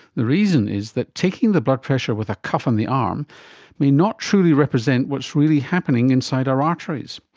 the reason is that taking the blood pressure with a cuff on the arm may not fully represent what's really happening inside our arteries.